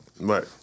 Right